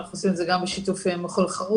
אנחנו עושים את זה גם בשיתוף מכון חרוב,